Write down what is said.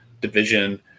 division